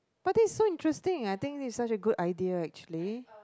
but this is so interesting I think this is such a good idea actually